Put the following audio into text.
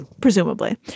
presumably